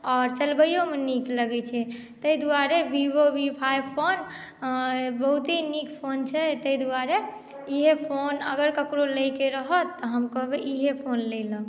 आओर चलबैओमे नीक लगैत छै ताहि द्वारे वीवो वी फाइभ फोन बहुते नीक फोन छै ताहि द्वारे इएह फोन अगर ककरो लइके रहत तऽ हम कहबै इएह फोन लइ लेल